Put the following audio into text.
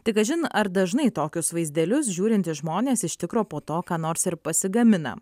tik kažin ar dažnai tokius vaizdelius žiūrintys žmonės iš tikro po to ką nors ir pasigamina